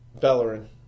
Bellerin